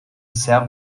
sehr